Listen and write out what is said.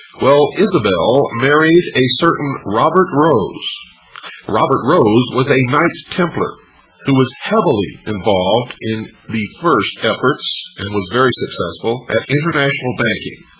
well, isabel married a certain robert rose robert rose was a knights templar who was heavily involved in the first efforts and was very successful at international banking.